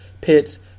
pits